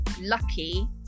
lucky